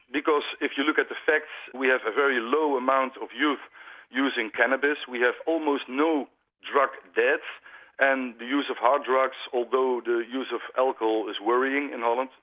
because if you look at the facts, we have a very low amount of youth using cannabis, we have almost no drug deaths and the use of hard drugs, although the use of alcohol is worrying in holland,